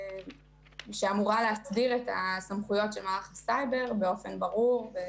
שאמורה להסדיר את סמכויות מערך הסייבר באופן ברור.